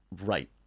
right